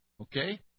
Okay